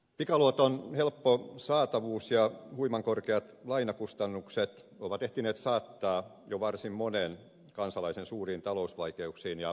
pikaluoton helppo saatavuus ja huiman korkeat lainakustannukset ovat ehtineet saattaa jo varsin monen kansalaisen suuriin talousvaikeuksiin ja ylivelkaantumiseen